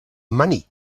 money